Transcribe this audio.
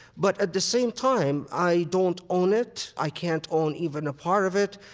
but at the same time, i don't own it. i can't own even a part of it.